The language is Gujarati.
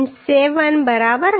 7 બરાબર હશે